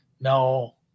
no